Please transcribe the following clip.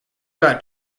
about